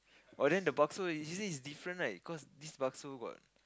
but then the bakso you say is different right cause this bakso got